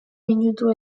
minutu